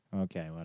Okay